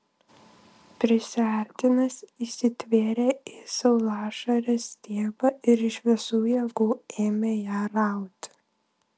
prisiartinęs įsitvėrė į saulašarės stiebą ir iš visų jėgų ėmė ją rauti